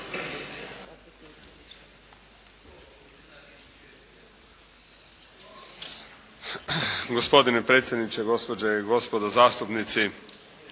Gospodine predsjedniče, gospođe i gospodo zastupnici.